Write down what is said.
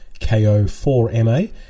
KO4MA